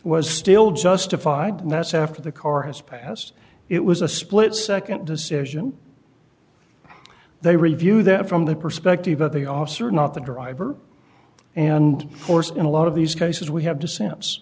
was still justified and that's after the car has passed it was a split nd decision they review that from the perspective of the officer not the driver and force in a lot of these cases we have to sense